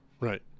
right